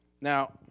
Now